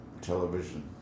television